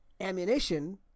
ammunition